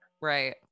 right